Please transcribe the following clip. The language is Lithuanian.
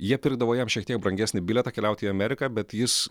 jie pirkdavo jam šiek tiek brangesnį bilietą keliauti į ameriką bet jis